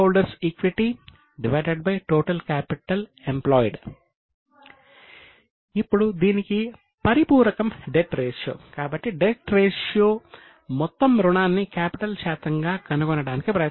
share holders equity equity ratio total capital employed ఇప్పుడు దీనికి పరిపూరకం డెట్ రేషియో ఏర్పాట్లను పరిశీలిస్తాము